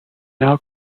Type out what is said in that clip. now